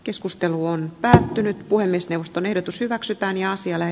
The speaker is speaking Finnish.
keskustelu on päättynyt puhemiesneuvoston ehdotus hyväksytään ja siellä